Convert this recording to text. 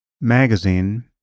magazine